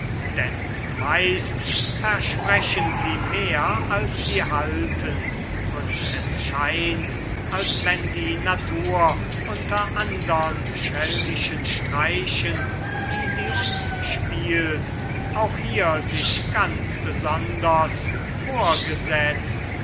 denn meist versprechen sie mehr als sie halten und es scheint als wenn die natur unter andern schelmischen streichen die sie uns spielt auch hier sich ganz besonders vorgesetzt